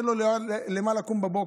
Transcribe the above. אין לו למה לקום בבוקר,